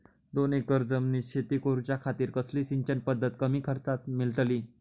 दोन एकर जमिनीत शेती करूच्या खातीर कसली सिंचन पध्दत कमी खर्चात मेलतली?